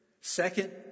Second